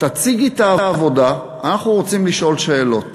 תציגי את העבודה, אנחנו רוצים לשאול שאלות.